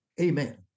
Amen